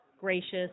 Gracious